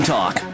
Talk